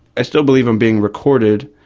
i still believe i'm being recorded.